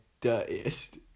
dirtiest